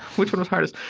which one was hardest.